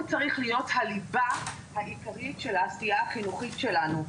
הוא צריך להיות הליבה העיקרית של העשייה החינוכית שלנו.